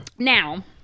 Now